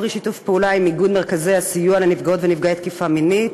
היא פרי שיתוף פעולה עם איגוד מרכזי הסיוע לנפגעות ונפגעי תקיפה מינית.